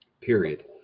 Period